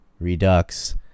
Redux